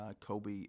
Kobe